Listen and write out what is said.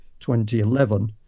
2011